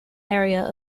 area